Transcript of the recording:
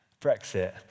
Brexit